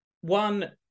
one